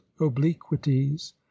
obliquities